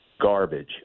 garbage